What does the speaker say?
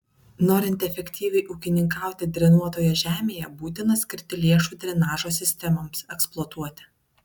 norint efektyviai ūkininkauti drenuotoje žemėje būtina skirti lėšų drenažo sistemoms eksploatuoti